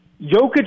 Jokic